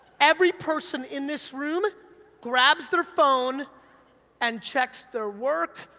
every person in this room grabs their phone and checks their work,